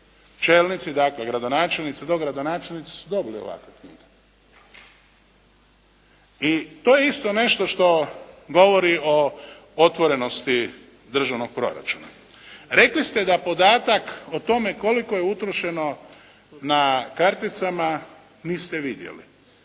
čelnici, dakle, gradonačelnici, dogradonačelnici su dobili ovakve …./Govornik se ne razumije./… . I to je isto nešto što govori o otvorenosti državnoga proračuna. Rekli ste da podatak o tome koliko je utrošeno na karticama niste vidjeli.